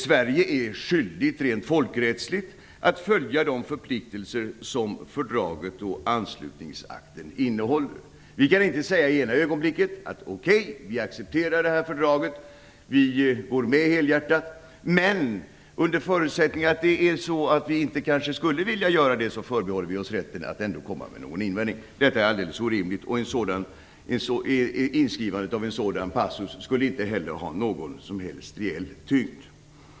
Sverige är skyldigt rent folkrättsligt att följa de förpliktelser som fördraget och anslutningsakten innehåller. Vi kan inte säga i ena ögonblicket: "Okej, vi accepterar fördraget. Vi går med i EU helhjärtat, men under förutsättning att om det är så att vi kanske inte skulle vilja göra det förbehåller vi oss rätten att komma med en invändning." Detta är alldeles orimligt. Inskrivandet av en sådan passus skulle inte ha någon reell tyngd.